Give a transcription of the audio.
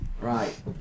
Right